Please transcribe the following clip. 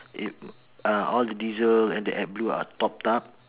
it uh all the diesel and the adblue are topped up